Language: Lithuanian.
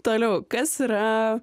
toliau kas yra